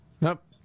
Nope